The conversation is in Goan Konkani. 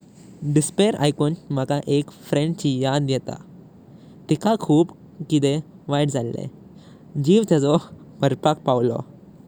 डिस्पेयर ऐकून मका एक फ्रेंड ची याद येता। तिकां खूप किदें वाईत जालें। जीव तेंजो मरणक पाविलों।